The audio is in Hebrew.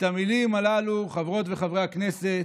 את המילים הללו, חברות וחברי הכנסת,